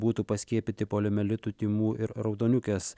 būtų paskiepyti poliomielitų tymų ir raudoniukės